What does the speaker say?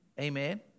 Amen